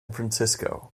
francisco